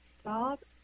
stop